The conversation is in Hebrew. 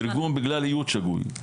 תרגום בגלל איות שגוי.